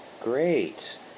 great